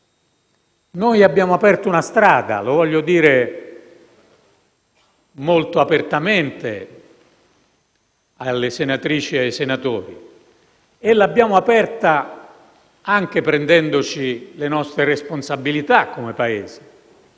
Abbiamo aperto una strada: lo voglio dire molto apertamente alle senatrici e ai senatori. Lo abbiamo fatto anche prendendoci le nostre responsabilità come Paese,